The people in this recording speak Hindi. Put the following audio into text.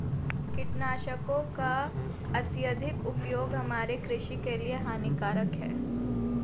कीटनाशकों का अत्यधिक उपयोग हमारे कृषि के लिए हानिकारक है